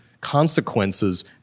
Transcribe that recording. consequences